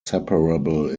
separable